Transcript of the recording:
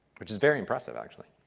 which is very impressive, actually.